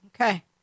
Okay